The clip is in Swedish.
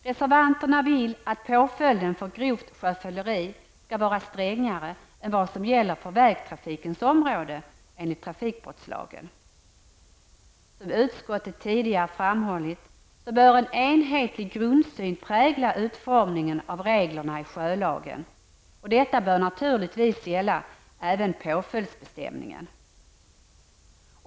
Reservanterna vill att påföljden för grovt sjöfylleri skall vara strängare än vad som gäller för vägtrafikens område enligt trafikbrottslagen. Som utskottet tidigare framhållit bör en enhetlig grundsyn prägla utformningen av reglerna i sjölagen. Detta bör naturligtvis även gälla påföljdsbestämningen.